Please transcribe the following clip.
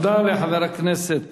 תודה לחבר הכנסת